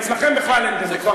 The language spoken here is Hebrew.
ואצלכם בכלל אין דבר כזה.